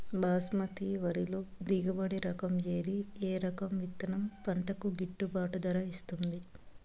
బాస్మతి వరిలో దిగుబడి రకము ఏది ఏ రకము విత్తనం పంటకు గిట్టుబాటు ధర ఇస్తుంది